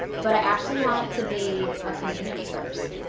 but i actually want it to be a community first.